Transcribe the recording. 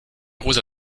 rosa